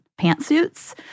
pantsuits